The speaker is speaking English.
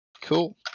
Cool